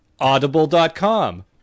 audible.com